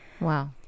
Wow